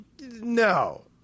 No